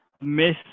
Miss